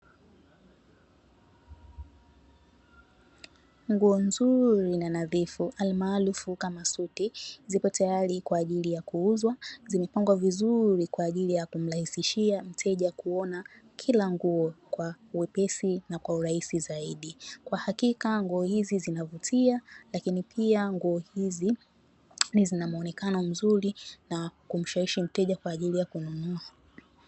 Nguo nzuri na nadhifu almaarufu kama suti zipo tayari kwa ajili ya kuuzwa, zimepangwa vizuri kwaajili ya kumrahisishia mteja kuona kila nguo kwa wepesi na kwa urahisi zaidi. Kwa hakika nguo hizi zinavutia, lakini pia nguo hizi zina muonekano mzuri na kumshawishi mteja kwaajili ya kununua.